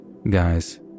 Guys